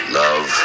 love